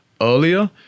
Earlier